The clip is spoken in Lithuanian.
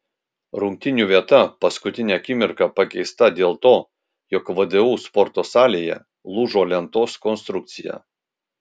rungtynių vieta paskutinę akimirką pakeista dėl to jog vdu sporto salėje lūžo lentos konstrukcija